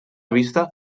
vista